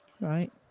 Right